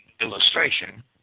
illustration